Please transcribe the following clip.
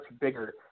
bigger